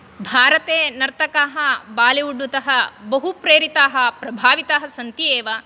भारते नर्तकाः बोलिवुड् तः बहु प्रेरिताः प्रभाविताः सन्ति एव